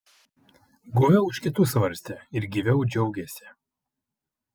guviau už kitus svarstė ir gyviau džiaugėsi